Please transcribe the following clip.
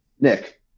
Nick